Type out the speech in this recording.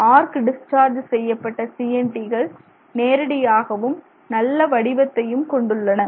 arc discharge செய்யப்பட்ட CNT கள் நேராகவும் நல்ல வடிவத்தையும் கொண்டுள்ளன